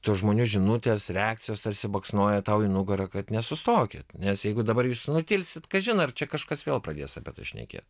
tų žmonių žinutės reakcijos tarsi baksnoja tau į nugarą kad nesustokit nes jeigu dabar jūs nenutilsit kažin ar čia kažkas vėl pradės apie tai šnekėt